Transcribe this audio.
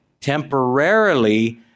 temporarily